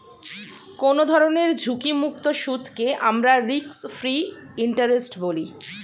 কোনো ধরনের ঝুঁকিমুক্ত সুদকে আমরা রিস্ক ফ্রি ইন্টারেস্ট বলি